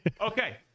okay